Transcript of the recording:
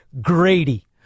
Grady